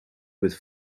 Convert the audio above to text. with